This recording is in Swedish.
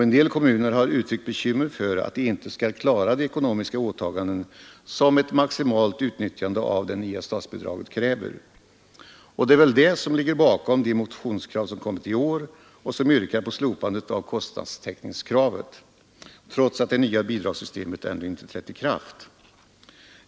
En del kommuner har uttryckt bekymmer för att de inte skall klara de ekonomiska åtaganden som ett maximalt utnyttjande av det nya statsbidraget kräver. Det är väl detta som ligger bakom de motionskrav som kommit i år om slopande av kostnadstäckningskravet, trots att det nya bidragssystemet ännu inte trätt i kraft.